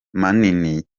manini